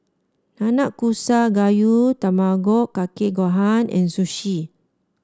Nanakusa Gayu Tamago Kake Gohan and Sushi